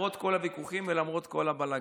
למרות כל הוויכוחים ולמרות כל הבלגן.